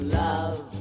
love